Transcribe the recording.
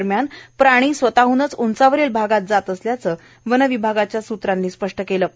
दरम्यान प्राणी स्वतःहनच उंचावरील भागात जात असल्याचं वनविभागाच्या सूत्रांनी स्पष्ट केलं आहे